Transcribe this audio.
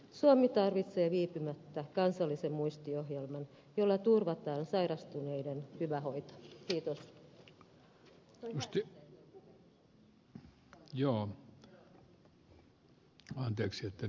suomi tarvitsee viipymättä kansallisen muistiohjelman jolla turvataan sairastuneiden hyvä hoito